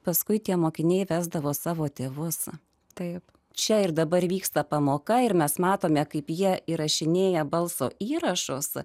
paskui tie mokiniai vesdavo savo tėvus taip čia ir dabar vyksta pamoka ir mes matome kaip jie įrašinėja balso įrašus